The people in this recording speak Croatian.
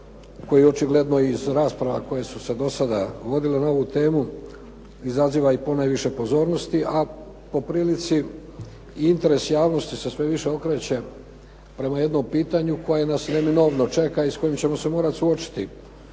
koji očigledno i iz rasprava koje su se do sada vodile na ovu temu izaziva i ponajviše pozornosti, a po prilici i interes javnosti se sve više okreće prema jednom pitanju koje nas neminovno čeka i s kojim ćemo se morati suočiti.